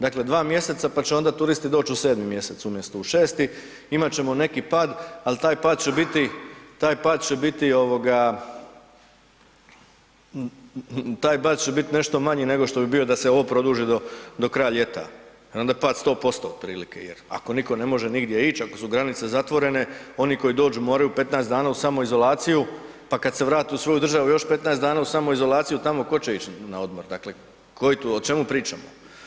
Dakle, dva mjeseca, pa će onda turisti doć u 7. mjesec umjesto u 6., imat ćemo neki pad, al taj pad će biti, taj pad će biti ovoga, taj pad će bit nešto manji nego što bi bio da se ovo produži do, do kraja ljeta i onda pad 100% otprilike jer ako nitko ne može nigdje ić, ako su granice zatvorene, oni koji dođu moraju 15 dana u samoizolaciju, pa kad se vrate u svoju državu još 15 dana u samoizolaciju, tamo ko će ić na odmor, dakle koji tu, o čemu pričamo?